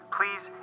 Please